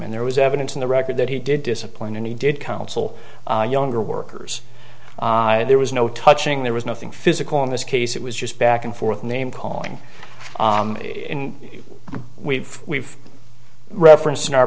and there was evidence in the record that he did discipline and he did counsel younger workers there was no touching there was nothing physical in this case it was just back and forth name calling in we've we've referenced in our